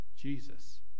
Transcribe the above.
Jesus